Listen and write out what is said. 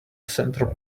central